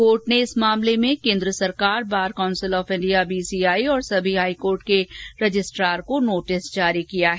court ने इस मामले में केन्द्र सरकार bar council of India BCI और सभी हाई कोर्ट के रजिस्ट्रार को नोटिस जारी किया है